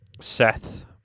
Seth